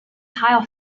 tile